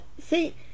See